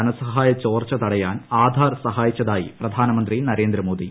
ധനസഹായ ചോർച്ച തടയാൻ ആധാർ സഹായിച്ചതായി പ്രധാനമന്ത്രി നരേന്ദ്രമോദി